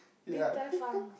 Din Tai Fung